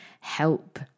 help